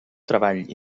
treball